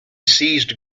seized